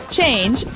Change